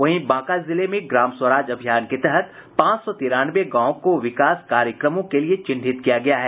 वहीं बांका जिले मे ग्राम स्वराज अभियान के तहत पांच सौ तिरानवे गांवों को विकास कार्यक्रमों के लिए चिन्हित किया गया है